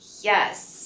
Yes